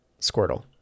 Squirtle